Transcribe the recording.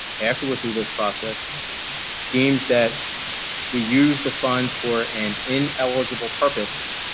after we're through this process deems that we used the funds for an ineligible purpose,